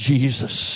Jesus